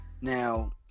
Now